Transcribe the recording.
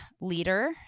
leader